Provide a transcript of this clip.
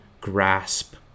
GRASP